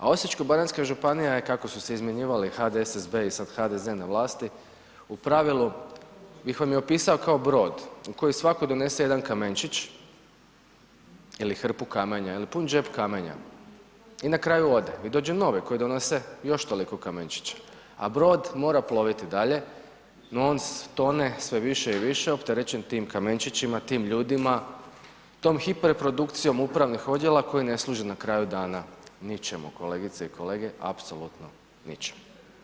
A Osječko-baranjska županija je kako su se izmjenjivali HDSSB i sad HDZ na vlast, u pravilu bi vam ih opisao kao brod u koji svatko donese jedan kamenčić ili hrpu kamenja, ili pun džep kamenja i na kraju ode, i dođe novi koji donese još toliko kamenčića, a brod mora ploviti dalje, no on tone sve više i više opterećen tim kamenčićima, tim ljudima, tom hiperprodukcijom upravnih odjela koji ne služe na kraju dana ničemu, kolegice i kolege apsolutno ničemu.